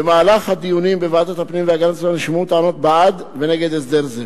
במהלך הדיונים בוועדת הפנים והגנת הסביבה נשמעו טענות בעד ונגד הסדר זה.